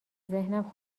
ذهنم